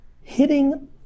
hitting